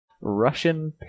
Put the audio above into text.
Russian